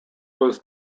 was